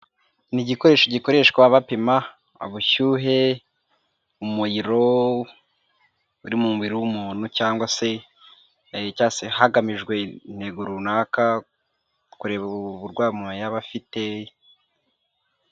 Ni igikoresho gikoreshwa bapima ubushyuhe, umuriro uri mu mubiri w'umuntu cyangwa se hagamijwe intego runaka kureba uburwayi yaba afite.